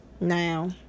Now